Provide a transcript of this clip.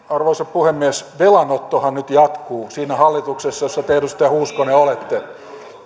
arvoisa puhemies velanottohan nyt jatkuu siinä hallituksessa jossa te edustaja hoskonen olette